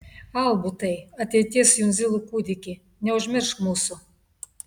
albutai ateities jundzilų kūdiki neužmiršk mūsų